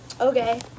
Okay